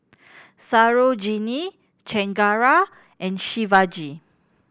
Sarojini Chengara and Shivaji